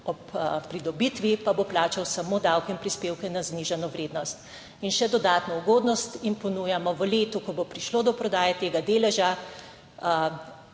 pridobitvi, pa bo plačal samo davke in prispevke na znižano vrednost. In še dodatno ugodnost jim ponujamo: v letu, ko bo prišlo do prodaje tega deleža,